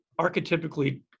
archetypically